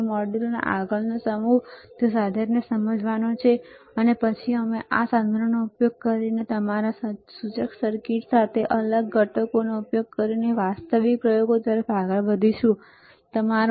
તેથી મોડ્યુલોનો આગળનો સમૂહ એ સાધનને સમજવાનો છે અને પછી અમે આ સાધનનો ઉપયોગ કરીને અને તમારા સૂચક સર્કિટ્સ સાથે અલગ ઘટકોનો ઉપયોગ કરીને વાસ્તવિક પ્રયોગો તરફ આગળ વધીશું બરાબર